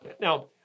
Now